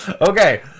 Okay